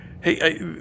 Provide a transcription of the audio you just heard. hey